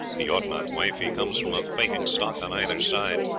he ought not, wife he comes from a fighting stock on either side.